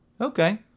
Okay